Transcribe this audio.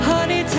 Honey